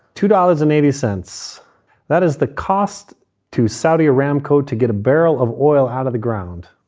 two dollars and eighty cents that is the cost to saudi aramco to get a barrel of oil out of the ground.